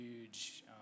huge